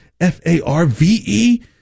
F-A-R-V-E